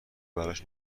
براش